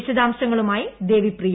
വിശദാംശങ്ങളുമായി ദേവിപ്രിയ